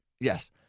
Yes